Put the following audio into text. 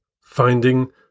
finding